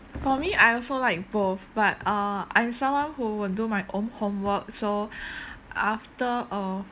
for me I also like both but uh I'm someone who will do my own homework so after uh